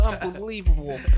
unbelievable